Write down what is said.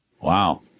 Wow